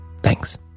Thanks